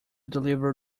deliver